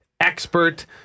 expert